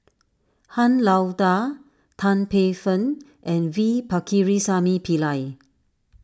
Han Lao Da Tan Paey Fern and V Pakirisamy Pillai